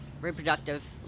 reproductive